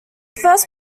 first